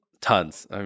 tons